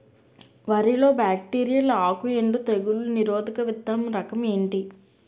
వరి లో బ్యాక్టీరియల్ ఆకు ఎండు తెగులు నిరోధక విత్తన రకం ఏంటి?